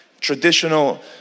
traditional